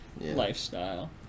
lifestyle